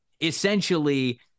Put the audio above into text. essentially